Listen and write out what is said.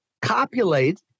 copulate